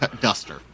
duster